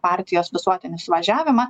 partijos visuotinį suvažiavimą